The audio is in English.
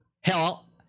Hell